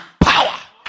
power